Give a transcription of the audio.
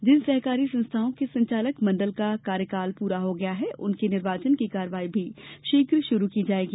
जिन सहकारी संस्थाओं के संचालक मंडल का कार्यकाल पूर्ण हो गया है उनके निर्वाचन की कार्यवाही भी शीघ्र शुरू की जाएगी